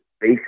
base